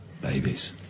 Babies